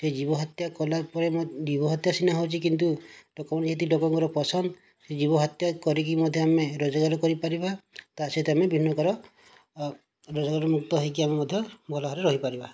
ସେ ଜୀବ ହତ୍ୟା କଲାପରେ ଜୀବ ହତ୍ୟା ସିନା ହେଉଛି କିନ୍ତୁ ଲୋକଙ୍କ କିଛି ପସନ୍ଦ ସେ ଜୀବ ହତ୍ୟା କରିକି ମଧ୍ୟ ଆମେ ରୋଜଗାର କରିପାରିବା ତା'ସହିତ ଆମେ ବିଭିନ୍ନ ପ୍ରକାର ରୋଜଗାର ମୁକ୍ତ ହୋଇକି ଆମେ ମଧ୍ୟ ଭଲଭାବରେ ରହିପାରିବା